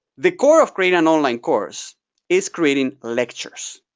the core of creating an online course is creating lectures.